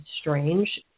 strange